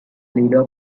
leader